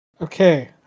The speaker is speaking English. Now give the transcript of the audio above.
Okay